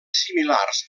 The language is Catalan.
similars